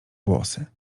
włosy